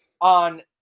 on